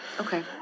Okay